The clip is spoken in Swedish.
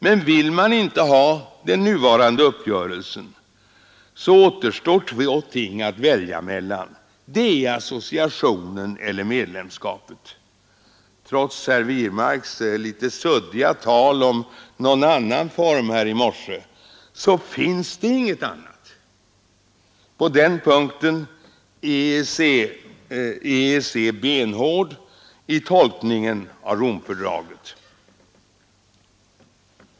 Men vill man inte ha den nuvarande uppgörelsen, återstår två ting att välja mellan, nämligen associationen eller medlemskapet. Trots herr Wirmarks litet suddiga tal här i morse om någon annan form, finns det ingen annan. På den punkten är EEC stenhård i tolkningen av Romfördraget.